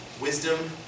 wisdom